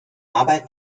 arbeit